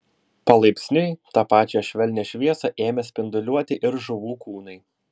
palaipsniui tą pačią švelnią šviesą ėmė spinduliuoti ir žuvų kūnai